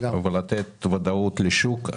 ולתת ודאות לשוק.